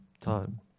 time